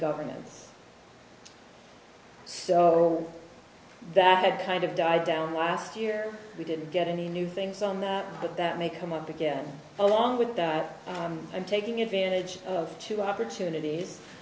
governance so that kind of died down last year we didn't get any new things on that but that may come up again along with that and taking advantage of two opportunities